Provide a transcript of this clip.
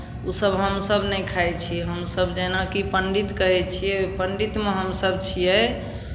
ओसभ हमसभ नहि खाइ छी हमसभ जेनाकि पण्डित कहै छियै ओ पण्डितमे हमसभ छियै